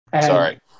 Sorry